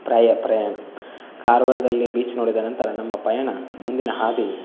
ಪ್ರಯಾ ಪ್ರಯಾಣ ಕಾರವಾರದಲ್ಲಿ ಬೀಚ್ ನೋಡಿದ ನಂತರ ನಮ್ಮ ಪಯಣ ಮುಂದಿನ ಹಾದಿ